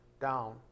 down